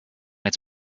its